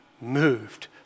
moved